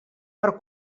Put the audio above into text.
per